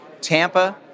Tampa